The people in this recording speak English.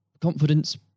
confidence